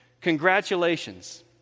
Congratulations